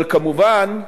אבל כמובן,